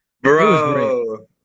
Bro